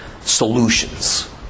solutions